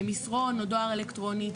מסרון או דואר אלקטרוני,